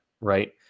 right